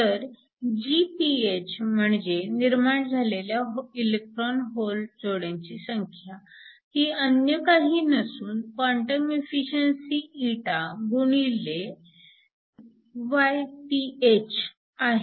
तर Gph म्हणजे निर्माण झालेल्या इलेक्ट्रॉन होल जोड्यांची संख्या ही अन्य काही नसून क्वांटम एफिशिअन्सी η गुणिले γPh आहे